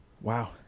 Wow